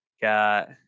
got